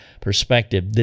perspective